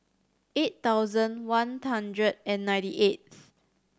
eight thousand one hundred and ninety eighth